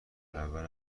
اول